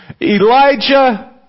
Elijah